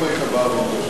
אם היית בא ואומר,